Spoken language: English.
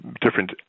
different